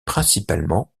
principalement